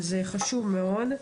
וזה חשוב מאד.